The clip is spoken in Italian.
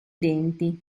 denti